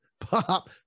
pop